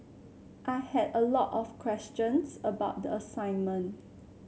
I had a lot of questions about the assignment